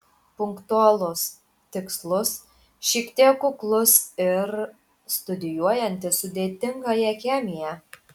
punktualus tikslus šiek tiek kuklus ir studijuojantis sudėtingąją chemiją